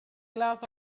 glass